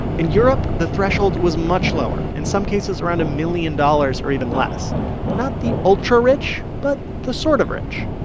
in europe, the threshold was much lower in some cases, around a million dollars or even less not the ultra-rich, but the sort of rich.